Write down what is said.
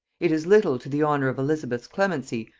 it is little to the honor of elizabeth's clemency,